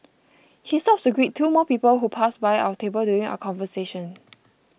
he stops to greet two more people who pass by our table during our conversation